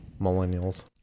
Millennials